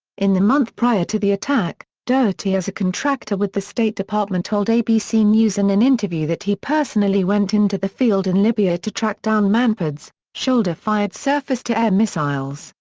in the month prior to the attack, doherty as a contractor with the state department told abc news in an interview that he personally went into the field in libya to track down manpads, shoulder-fired surface-to-air missiles,